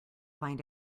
find